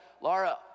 Laura